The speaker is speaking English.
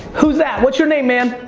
who's that? what's your name man?